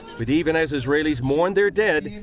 but even as israelis mourn their dead,